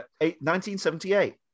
1978